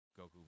Goku